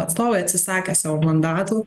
atstovai atsisakė savo mandatų